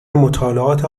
مطالعات